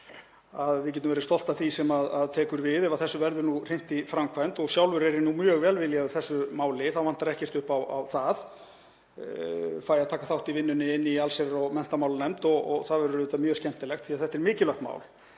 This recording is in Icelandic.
við getum verið stolt af því sem tekur við ef þessu verður hrint í framkvæmd. Sjálfur er ég mjög velviljaður þessu máli, það vantar ekkert upp á það. Ég fæ að taka þátt í vinnunni í allsherjar- og menntamálanefnd og það verður mjög skemmtilegt því að þetta er mikilvægt mál.